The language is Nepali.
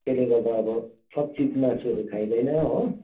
त्यसले गर्दा अब सब चिज मासुहरू खाइँदैन हो